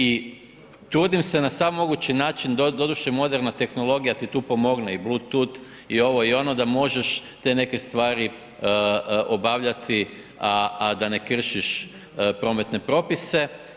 I trudim se na sav mogući način, doduše moderna tehnologija ti tu pomogne i Bluetooth i ovo i ono da možeš te neke stvari obavljati, a da ne kršiš prometne propise.